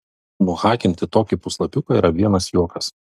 nuhakinti tokį puslapiuką yra vienas juokas